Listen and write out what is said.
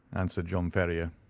answered john ferrier.